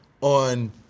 on